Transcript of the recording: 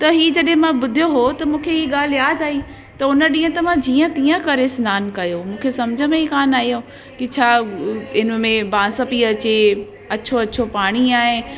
त ही जॾहिं मां ॿुधियो हुओ त मूंखे ही ॻाल्हि यादि आई त हुन ॾींहं त मां जीअं तीअं करे सनानु कयो मूंखे समुझ में ई कान आहियो कि छा हिन में बांस पेई अचे अछो अछो पाणी आहे